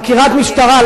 חקירת משטרה,